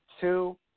Two